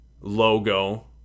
logo